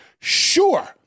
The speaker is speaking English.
Sure